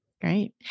Great